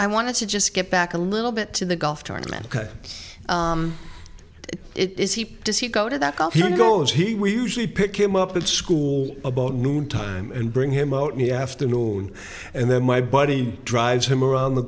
i want to just get back a little bit to the golf tournament because it is he does he go to that call he goes he we usually pick him up at school about noon time and bring him out me afternoon and then my buddy drives him around the